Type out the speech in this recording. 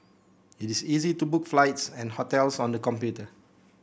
it is easy to book flights and hotels on the computer